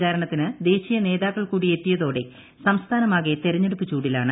പ്രചാരണത്തിന് ദേശീയ നേതാക്കൾകൂടി എത്തിയതോടെ സംസ്ഥാനമാകെ തെരഞ്ഞെടുപ്പു ചൂടിലാണ്